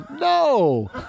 no